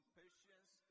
patience